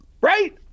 Right